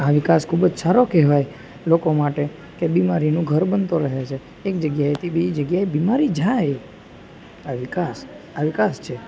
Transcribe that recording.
આ વિકાસ ખૂબ જ સારો કહેવાય લોકો માટે કે બીમારીનું ઘર બનતો રહે છે એક જગ્યાએથી બીજી જગ્યાએ બીમારી જાય આ વિકાસ આ વિકાસ છે